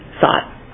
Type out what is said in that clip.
thought